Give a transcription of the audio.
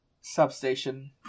substation